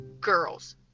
girls